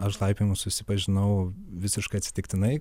aš laipiojimu susipažinau visiškai atsitiktinai